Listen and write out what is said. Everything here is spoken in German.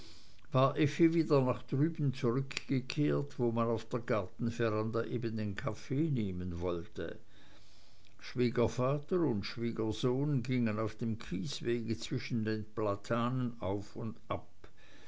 wieder nach drüben zurückgekehrt wo man auf der gartenveranda eben den kaffee nehmen wollte schwiegervater und schwiegersohn gingen auf dem kieswege zwischen den zwei platanen auf und ab